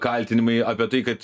kaltinimai apie tai kad